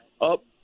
Up